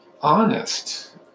honest